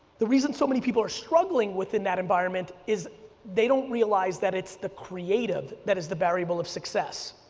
the reason so many people are struggling within that environment, is they don't realize that it's the creative, that is the variable of success.